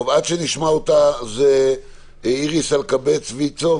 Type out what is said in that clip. עד שנשמע אותה, איריס אלקבץ, ויצ"ו.